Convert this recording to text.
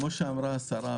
כמו שאמרה השרה,